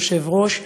יושב-ראש,